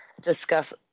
discuss